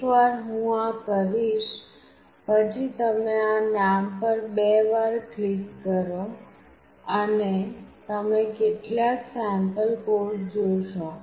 એકવાર હું આ કરીશ પછી તમે આ નામ પર બે વાર ક્લિક કરો અને તમે કેટલાક સેમ્પલ કોડ જોશો